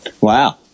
Wow